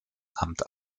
amt